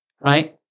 right